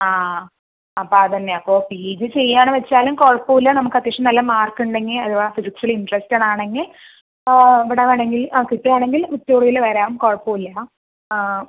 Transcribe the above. ആ ആ ആ അപ്പം അതു തന്നെയാണ് അപ്പോൾ പിജി ചെയ്യാമെന്ന് വെച്ചാലും കുഴപ്പം ഇല്ല നമുക്ക് അത്യാവശ്യം നല്ല മാർക്ക് ഉണ്ടെങ്കിൽ അഥവാ ഫിസിക്സിൽ ഇൻ്ററസ്റ്റഡ് ആണെങ്കിൽ ഓ ഇവിടെ വേണെങ്കിൽ ആ കിട്ടും ആണെങ്കിൽ വിക്ടോറിയയിൽ വരാം കുഴപ്പം ഇല്ലടാ ആ ആ